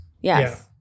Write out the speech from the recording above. Yes